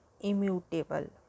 immutable